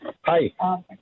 Hi